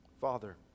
Father